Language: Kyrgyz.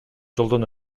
жолдон